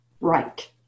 Right